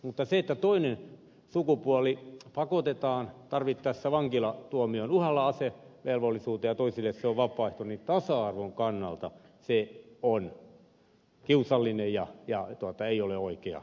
mutta se että toinen sukupuoli pakotetaan tarvittaessa vankilatuomion uhalla asevelvollisuuteen ja toisille se on vapaaehtoinen tasa arvon kannalta on kiusallista eikä ole oikea asia